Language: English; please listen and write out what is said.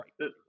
Right